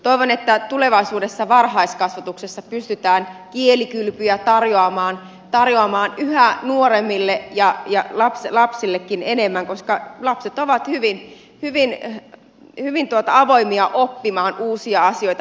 toivon että tulevaisuudessa varhaiskasvatuksessa pystytään kielikylpyjä tarjoamaan yhä nuoremmille ja lapsillekin enemmän koska lapset ovat hyvin avoimia oppimaan uusia asioita myöskin kieliä